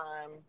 time